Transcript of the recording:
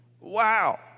Wow